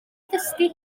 ddysgu